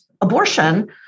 abortion